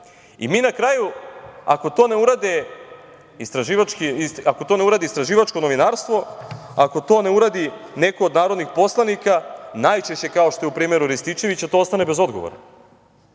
na kraju, ako to ne uradi istraživačko novinarstvo, ako to ne uradi neko od narodnih poslanika, najčešće kao što je u primeru Rističevića, to ostane bez odgovora.